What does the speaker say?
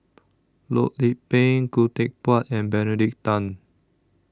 Loh Lik Peng Khoo Teck Puat and Benedict Tan